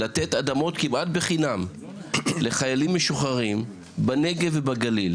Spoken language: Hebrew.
לתת אדמות כמעט בחינם בנגב ובגליל.